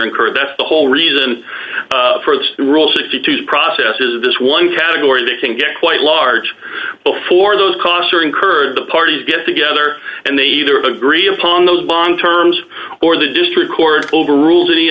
incurred that's the whole reason for this rule sixty two process is this one category they can get quite large before those costs are incurred the parties get together and they either agree upon those long terms or the district court overruled any